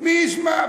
מי ישמע?